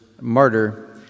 martyr